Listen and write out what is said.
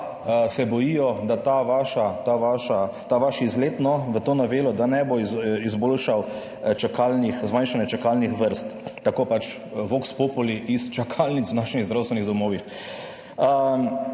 se bojijo, da ta vaš izlet v to novelo ne bo izboljšal zmanjšanja čakalnih vrst. Tako pač vox populi iz čakalnic v naših zdravstvenih domovih.